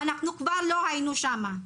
אנחנו כבר לא היינו שם,